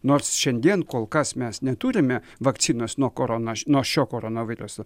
nors šiandien kol kas mes neturime vakcinos nuo koronos nuo šio koronaviruso